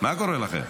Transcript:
מה קורה לכם?